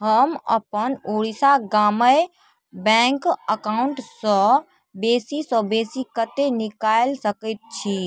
हम अपन ओड़ीशा गामय बैंक अकाउंटसँ बेसीसँ बेसी कतेक निकालि सकैत छी